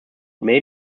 may